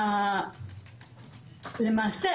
למעשה,